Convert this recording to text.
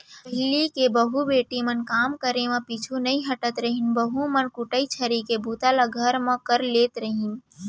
पहिली के बहू बेटी मन काम करे म पीछू नइ हटत रहिन, बहू मन कुटई छरई के बूता ल घर म कर लेत रहिन